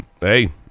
Hey